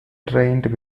trained